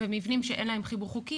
ומבנים שאין להם חיבור חוקי,